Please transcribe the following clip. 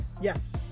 Yes